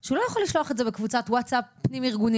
שהוא לא יכול לשלוח את זה בקבוצת ווטסאפ פנים ארגונית,